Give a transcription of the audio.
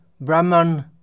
Brahman